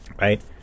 right